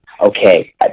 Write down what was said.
okay